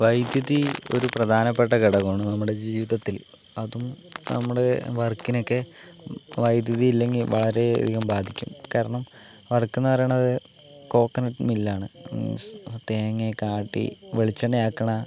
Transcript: വൈദ്യുതി ഒരു പ്രധാനപ്പെട്ട ഘടകമാണ് നമ്മുടെ ജീവിതത്തിൽ അതും നമ്മുടെ വർക്കിനെയൊക്കെ വൈദ്യുതി ഇല്ലെങ്കിൽ വളരെ അധികം ബാധിക്കും കാരണം വർക്കെന്ന് പറയുന്നത് കോക്കനട്ട് മില്ലാണ് മീൻസ് തേങ്ങയൊക്കെ ആട്ടി വെളിച്ചെണ്ണ ആക്കുന്ന